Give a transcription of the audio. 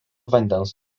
vandens